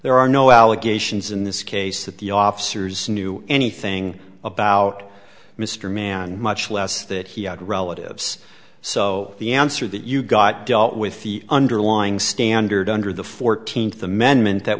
there are no allegations in this case that the officers knew anything about mr man much less that he had relatives so the answer that you got dealt with the underlying standard under the fourteenth amendment that